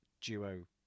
duo